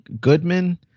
Goodman